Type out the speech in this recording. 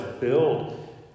build